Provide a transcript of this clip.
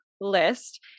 list